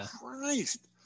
Christ